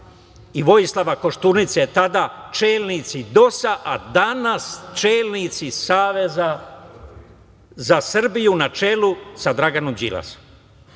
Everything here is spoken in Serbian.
i Vojislava Koštunice, tada čelnici DOS-a, a danas čelnici Saveza za Srbiju na čelu sa Draganom Đilasom.